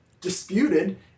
disputed